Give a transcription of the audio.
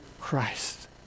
Christ